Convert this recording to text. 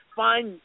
find